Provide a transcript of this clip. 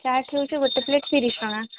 ଚାଟ୍ ହଉଛି ଗୋଟେ ପ୍ଲେଟ୍ ତିରିଶ ଟଙ୍କା